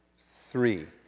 three.